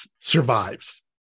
survives